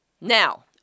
Now